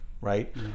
Right